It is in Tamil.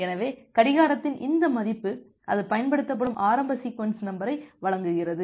எனவே கடிகாரத்தின் இந்த மதிப்பு அது பயன்படுத்தப்படும் ஆரம்ப சீக்வென்ஸ் நம்பரை வழங்குகிறது